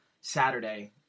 saturday